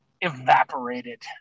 evaporated